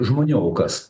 žmonių aukas